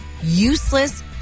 useless